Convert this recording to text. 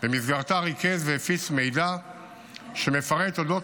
ובמסגרתה ריכז והפיץ מידע שמפרט על אודות